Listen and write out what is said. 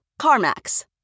CarMax